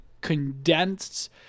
condensed